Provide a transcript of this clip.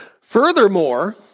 Furthermore